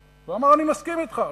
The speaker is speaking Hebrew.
ואמר: אני מסכים אתך,